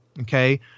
okay